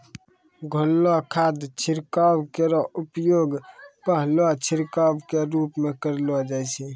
घोललो खाद छिड़काव केरो उपयोग पहलो छिड़काव क रूप म करलो जाय छै